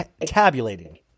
Tabulating